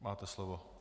Máte slovo.